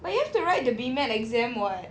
but you have to write the Bmat exam [what]